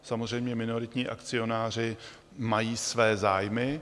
Samozřejmě minoritní akcionáři mají své zájmy.